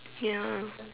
ya